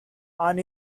and